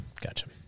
Gotcha